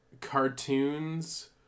cartoons